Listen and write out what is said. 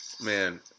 Man